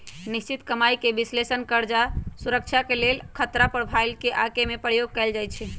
निश्चित कमाइके विश्लेषण कर्जा सुरक्षा के लेल खतरा प्रोफाइल के आके में प्रयोग कएल जाइ छै